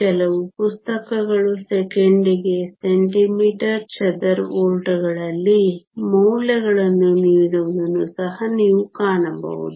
ಕೆಲವು ಪುಸ್ತಕಗಳು ಸೆಕೆಂಡಿಗೆ ಸೆಂಟಿಮೀಟರ್ ಚದರ ವೋಲ್ಟ್ಗಳಲ್ಲಿ ಮೌಲ್ಯಗಳನ್ನು ನೀಡುವುದನ್ನು ಸಹ ನೀವು ಕಾಣಬಹುದು